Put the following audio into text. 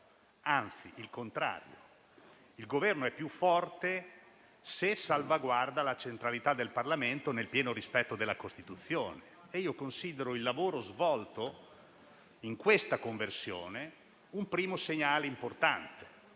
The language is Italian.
anzi, il contrario: il Governo è più forte se salvaguarda la centralità del Parlamento nel pieno rispetto della Costituzione. Considero il lavoro svolto in questa conversione un primo segnale importante,